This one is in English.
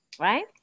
right